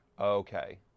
Okay